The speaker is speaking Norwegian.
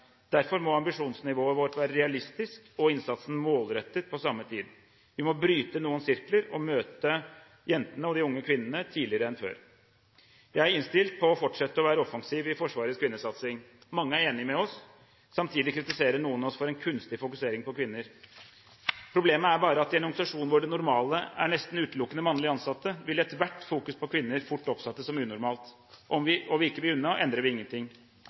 Derfor må ambisjonsnivået vårt være realistisk og innsatsen målrettet – på samme tid. Vi må bryte noen sirkler og møte jentene og de unge kvinnene tidligere enn før. Jeg er innstilt på å fortsette å være offensiv i Forsvarets kvinnesatsing. Mange er enig med oss. Samtidig kritiserer noen oss for en kunstig fokusering på kvinner. Problemet er bare at i en organisasjon hvor det normale nesten utelukkende er mannlige ansatte, vil enhver fokusering på kvinner fort oppfattes som unormalt. Viker vi unna, endrer vi